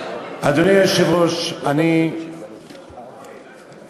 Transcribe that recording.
אדוני היושב-ראש, אני